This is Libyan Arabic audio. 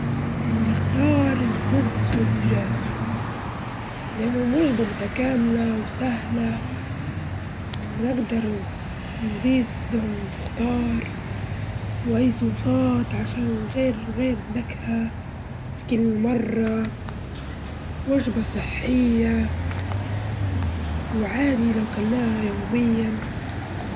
بحب الجطوسة لإنها لطيفة ومستقلة، لكن في نفس الوقت تحب الرفقة تحس إنها تساعد على تخلي جو هادي في البيت وهادية واجد وكيوت وتحب اللعب وتحب الصغار ونضيفة وما تعملش حمام برة.